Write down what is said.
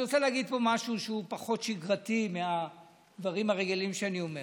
אני רוצה להגיד פה משהו שהוא פחות שגרתי מהדברים הרגילים שאני אומר.